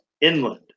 inland